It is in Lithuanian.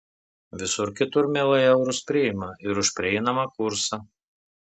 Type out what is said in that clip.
visur kitur mielai eurus priima ir už prieinamą kursą